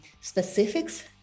specifics